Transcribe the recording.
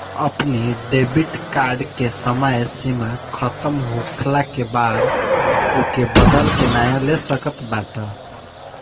अपनी debit card के समय सीमा खतम होखला के बाद ओके बदल के नया ले सकत बाटअ